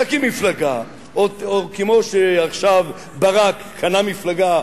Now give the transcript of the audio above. תקים מפלגה, או, כמו שעכשיו ברק השתלט על מפלגה,